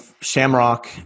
Shamrock